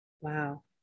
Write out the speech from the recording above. Wow